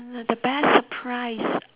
the best surprise